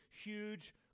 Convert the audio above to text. huge